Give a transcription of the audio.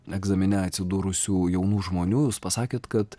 egzamine atsidūrusių jaunų žmonių jūs pasakėt kad